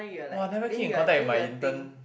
!wah! never keep in contact with my intern